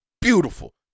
beautiful